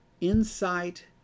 insight